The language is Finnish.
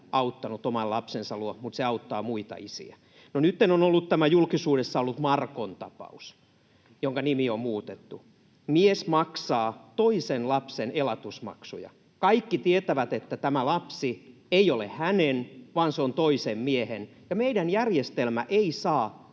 auttanut oman lapsensa luo, mutta se auttaa muita isiä. No nytten on ollut julkisuudessa Markon, jonka nimi on muutettu, tapaus: Mies maksaa toisen lapsen elatusmaksuja — kaikki tietävät, että tämä lapsi ei ole hänen vaan toisen miehen, ja meidän järjestelmä ei saa